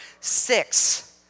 six